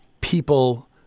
people